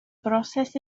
broses